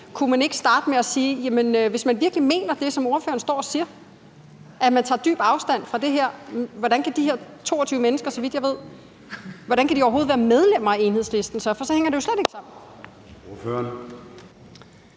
Kunne man ikke, hvis man virkelig mener det, som ordføreren står og siger, altså at man tager dyb afstand fra det her, starte med at sige, hvordan de her 22 mennesker, så vidt jeg ved, overhovedet kan være medlemmer af Enhedslisten? For ellers hænger det jo slet ikke sammen.